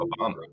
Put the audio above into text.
Obama